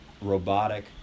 robotic